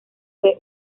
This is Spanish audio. fue